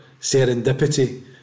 serendipity